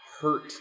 hurt